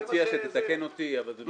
-- אני מציע שתתקן אותי, אבל זה בסדר.